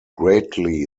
greatly